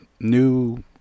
new